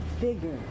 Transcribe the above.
bigger